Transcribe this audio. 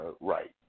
right